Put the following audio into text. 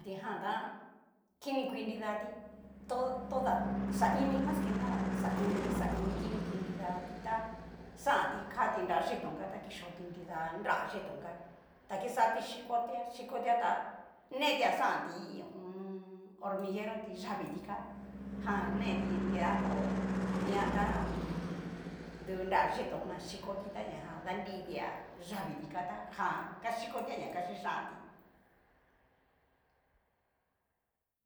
Kitijan ta kini kui nidati, to toda xaini mas que nada xaini xaini kinikui nridati tá, xanti kati nra chitón ka ta kixoti nida nratón ka ta kixati xhikoti xhikoti ta netia xanti hu u um. hormiguero ti yaviti ká jan neti nida tó kitijan ta ho o on. du nra yitón jan xikoti ta ña jan danritia yaviti ka tá jan kaxhikotia ña ka xhixhanti.